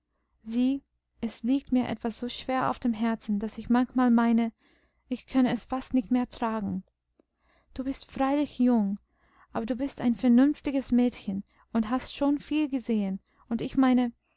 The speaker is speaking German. sieh es liegt mir etwas so schwer auf dem herzen daß ich manchmal meine ich könne es fast nicht mehr tragen du bist freilich jung aber du bist ein vernünftiges mädchen und hast schon viel gesehen und ich meine